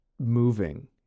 moving